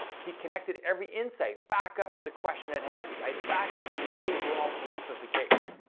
he connected every insight back up to the question at hand, right? back up to the overall brief of the case.